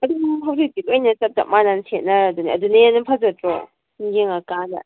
ꯑꯗꯨꯝ ꯍꯧꯖꯤꯛꯇꯤ ꯂꯣꯏꯅ ꯆꯞ ꯆꯞ ꯃꯥꯟꯅꯅ ꯁꯦꯠꯅꯔꯗꯨꯅꯤ ꯑꯗꯨꯅ ꯍꯦꯟꯅ ꯐꯖꯗ꯭ꯔꯣ ꯃꯤꯅ ꯌꯦꯡꯉꯛꯀꯥꯟꯗ